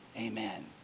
amen